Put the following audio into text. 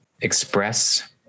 express